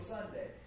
Sunday